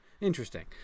Interesting